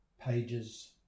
pages